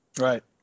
right